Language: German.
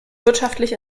wirtschaftlich